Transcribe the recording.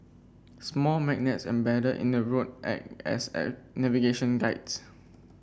small magnets embedded in the road act as a navigation guides